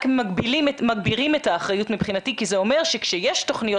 רק מגבירים את האחריות מבחינתי כי זה אומר שכשיש תוכניות